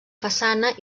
façana